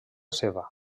seva